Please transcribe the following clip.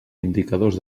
indicadors